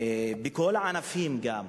בכל הענפים, גם.